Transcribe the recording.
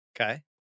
Okay